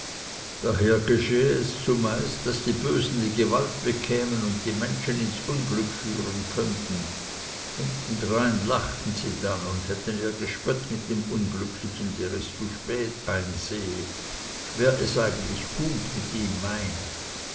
daher geschehe es zumeist daß die bösen die gewalt bekämen und die menschen ins unglück führen könnten hintendrein lachten sie dann und hätten ihr gespött mit dem unglücklichen der es zu spät einsehe wer es eigentlich gut mit ihm gemeint